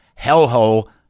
hellhole